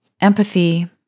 Empathy